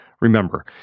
Remember